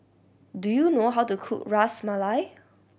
do you know how to cook Ras Malai